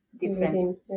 Different